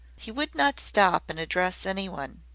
he would not stop and address anyone.